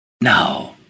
Now